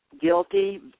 guilty